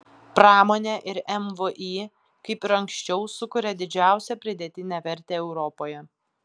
pramonė ir mvį kaip ir anksčiau sukuria didžiausią pridėtinę vertę europoje